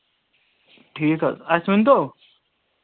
ٹھیٖک حظ اَسہِ ؤنۍ تو